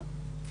לא.